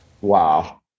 Wow